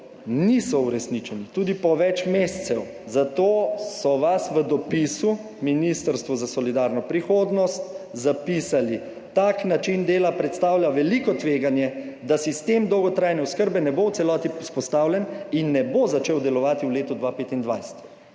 niso uresničeni, tudi po več mesecev, zato so vas v dopisu, Ministrstvu za solidarno prihodnost, zapisali: "Tak način dela predstavlja veliko tveganje, da sistem dolgotrajne oskrbe ne bo v celoti vzpostavljen in ne bo začel delovati v letu 2025."